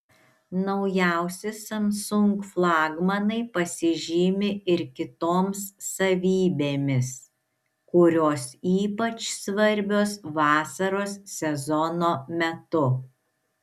naujausi samsung flagmanai pasižymi ir kitoms savybėmis kurios ypač svarbios vasaros sezono metu